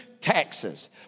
taxes